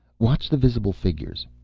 watch the visible figures,